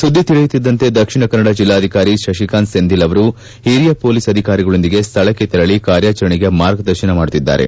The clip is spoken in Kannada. ಸುದ್ದಿ ತಿಳಿಯುತ್ತಿದ್ದಂತೆ ದಕ್ಷಿಣ ಕನ್ನಡ ಜಿಲ್ಲಾಧಿಕಾರಿ ಶಶಿಕಾಂತ್ ಸೆಂಥಿಲ್ ಅವರು ಹಿರಿಯ ಪೊಲೀಸ್ ಅಧಿಕಾರಿಗಳೊಂದಿಗೆ ಸ್ಥಳಕ್ಷೆ ತೆರಳ ಕಾರ್ಯಾಚರಣೆಗೆ ಮಾರ್ಗದರ್ಶನ ಮಾಡುತ್ತಿದ್ದಾರೆ